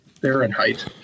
Fahrenheit